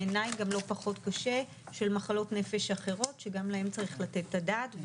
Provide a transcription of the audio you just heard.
בעיניי גם לא פחות קשה ממחלות נפש אחרות שגם להן צריך לתת את הדעת,